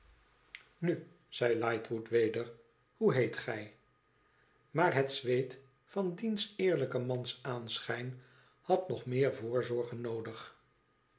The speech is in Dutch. nu zei lightwood weder thoe heet gij maar het zweet van diens eerlijken mans aanschijn had nog meer voorzorgen noodig